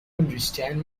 understand